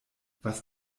was